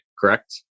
correct